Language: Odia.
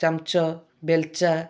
ଚାମଚ ବେଲ୍ଚା